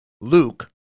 Luke